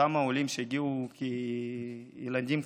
אותם עולים שהגיעו כילדים,